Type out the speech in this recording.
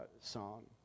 song